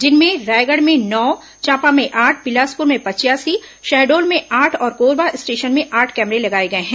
जिनमें रायगढ़ में नौ चांपा में आठ बिलासपुर में पचयासी शहडोल में आठ और कोरबा स्टेशन में आठ कैमरे लगाए गए हैं